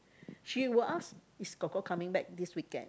she will ask is kor kor coming back this weekend